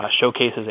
showcases